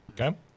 Okay